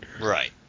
Right